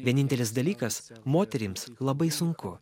vienintelis dalykas moterims labai sunku